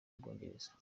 bwongereza